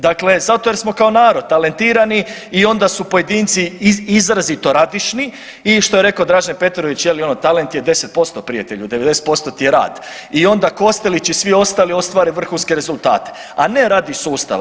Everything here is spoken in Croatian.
Dakle, zato jer smo kao narod talentirani i onda su pojedinci izrazito radišni i što je rekao Dražen Petrović je li ono talent je 10% prijatelju, 90% ti je rad i onda Kostelić i svi ostali ostvare vrhunske rezultate, a ne radi sustava.